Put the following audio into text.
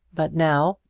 but now,